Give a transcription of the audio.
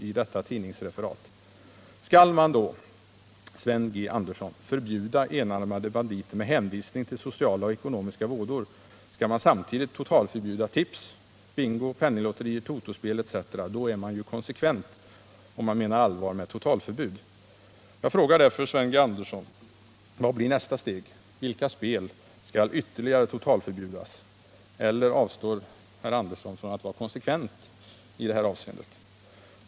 Skall man, herr Sven Andersson i Örebro, förbjuda enarmade banditer med hänvisning till sociala och ekonomiska vådor, skall man samtidigt totalförbjuda tips, bingo, penninglotterier, totospel etc. Då är man konsekvent. Jag frågar därför Sven G. Andersson: Vilket blir nästa steg? Vilka ytterligare spel skall totalförbjudas? Eller avstår Sven G. Andersson från att vara konsekvent i det här avseendet?